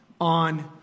on